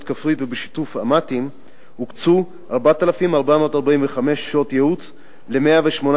כפרית ובשיתוף המט"ים הוקצו 4,445 שעות ייעוץ ל-118